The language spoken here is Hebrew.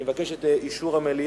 אני מבקש את אישור המליאה